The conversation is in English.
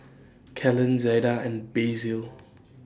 Kellan Zaida and Basil